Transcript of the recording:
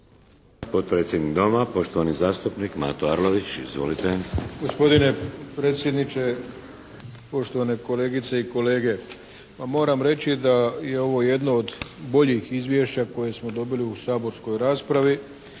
Potpredsjednik Doma, poštovani zastupnik Mato Arlović. Izvolite. **Arlović, Mato (SDP)** Gospodine predsjedniče, poštovane kolegice i kolege. Pa moram reći da je ovo jedno od boljih izvješća koje smo dobili u saborskoj raspravi